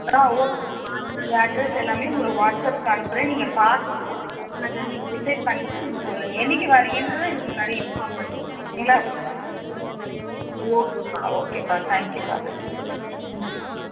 ஆ ஓகேப்பா என்னோடைய அட்ரஸ் எல்லாமே உங்களுக்கு வாட்ஸ்ஆப்க்கு அனுப்புகிறேன் நீங்கள் பார்த்துட்டு எனக்கு நீங்கள் டிசைட் பண்ணிவிட்டு நீங்கள் சொல்லுங்க என்றைக்கி வரீங்கன்றதை எனக்கு முன்னாடியே இன்ஃபார்ம் பண்ணிடுங்க ஓகேங்களா ஓ ஓகே பா ஓகே பா தேங்க்யூ பா தேங்க்யூ ம்